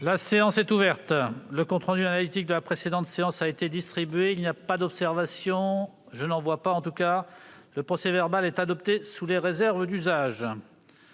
La séance est ouverte. Le compte rendu analytique de la précédente séance a été distribué. Il n'y a pas d'observation ?... Le procès-verbal est adopté sous les réserves d'usage.